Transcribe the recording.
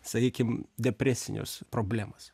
sakykim depresijos problemos